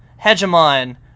hegemon